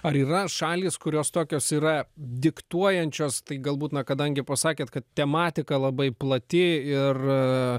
ar yra šalys kurios tokios yra diktuojančios tai galbūt na kadangi pasakėt kad tematika labai plati ir